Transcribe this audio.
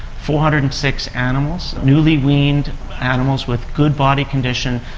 four hundred and six animals, newly weaned animals with good body condition,